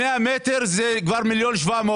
100 מטר זה כבר 1.7 מיליון.